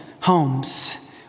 homes